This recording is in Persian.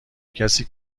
کسی